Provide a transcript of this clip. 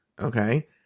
okay